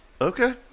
Okay